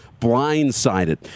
Blindsided